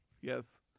Yes